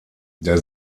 der